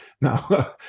Now